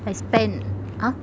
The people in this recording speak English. I spent ah